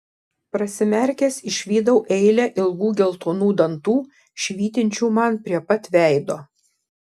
prasimerkęs išvydau eilę ilgų geltonų dantų švytinčių man prie pat veido